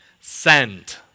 send